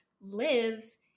lives